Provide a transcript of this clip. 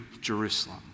Jerusalem